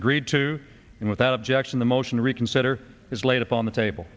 agreed to and without objection the motion to reconsider is laid upon the table